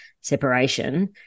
separation